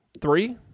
Three